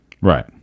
Right